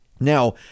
Now